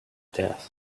death